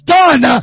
done